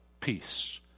peace